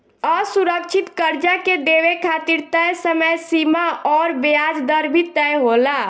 असुरक्षित कर्जा के देवे खातिर तय समय सीमा अउर ब्याज दर भी तय होला